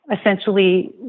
essentially